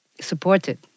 supported